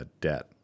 Debt